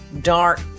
dark